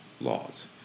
laws